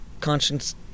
conscience